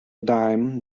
dime